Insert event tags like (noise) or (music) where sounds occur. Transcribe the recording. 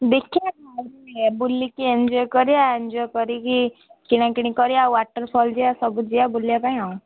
ଦେଖିବା (unintelligible) ବୁଲିକି ଏନ୍ଜଏ କରିବା ଏନ୍ଜଏ କରିକି କିଣାକିଣି କରିବା ୱାଟର୍ ଫଲ୍ ଯିବା ସବୁ ଯିବା ବୁଲିବା ପାଇଁ ଆଉ